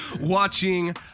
watching